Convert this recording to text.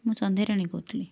ମୁଁ ସନ୍ଧ୍ୟାରାଣୀ କହୁଥିଲି